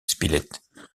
spilett